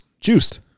juiced